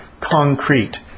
concrete